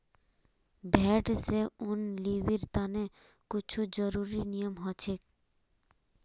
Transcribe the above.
भेड़ स ऊन लीबिर तने कुछू ज़रुरी नियम हछेक